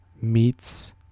meets